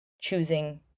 choosing